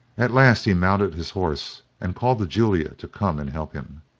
at last he mounted his horse, and called to julia to come and help him.